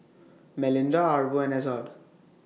Melinda Arvo and Ezzard